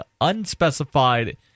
unspecified